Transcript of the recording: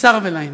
קצר ולעניין.